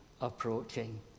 approaching